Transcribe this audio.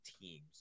teams